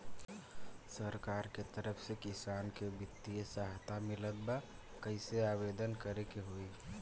सरकार के तरफ से किसान के बितिय सहायता मिलत बा कइसे आवेदन करे के होई?